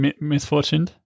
misfortune